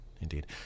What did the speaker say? indeed